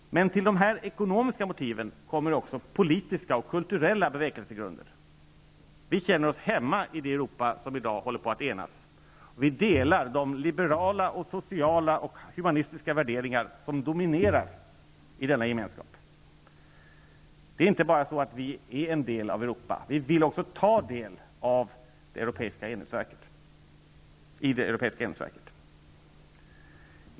Men till dessa ekonomiska motiv kommer också politiska och kulturella bevekelsegrunder. Vi känner oss hemma i det Europa som i dag håller på att enas, och vi delar de liberala, sociala och humanistiska värderingar som dominerar i denna gemenskap. Det är inte bara så att vi är en del av Europa, vi vill också ta del i det europeiska enhetsverket.